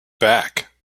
back